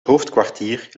hoofdkwartier